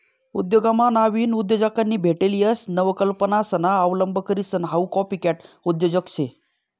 उद्योगमा नाविन उद्योजकांनी भेटेल यश नवकल्पनासना अवलंब करीसन हाऊ कॉपीकॅट उद्योजक शे